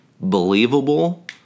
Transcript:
believable